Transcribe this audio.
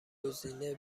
گزینه